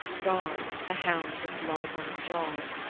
garm, the hound with blood upon his jaws,